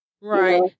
Right